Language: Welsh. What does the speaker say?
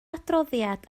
adroddiad